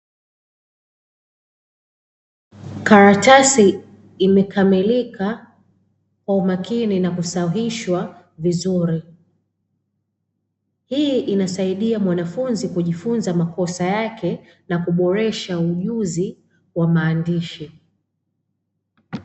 Karatasi imekamilika kwa umakini na kusahihishwa vizuri, hii inasaidia mwanafunzi kujifunza makosa yake na kuboresha ujuzi wa maandishi.